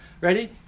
ready